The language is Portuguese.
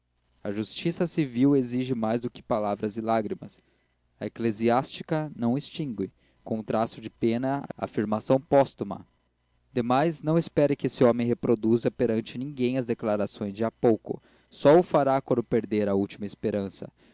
a justiça civil exige mais do que palavras e lágrimas a eclesiástica não extingue com um traço de pena a afirmação póstuma demais não espere que esse homem reproduza perante ninguém as declarações de há pouco só o fará quando perder a última esperança